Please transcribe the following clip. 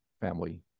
family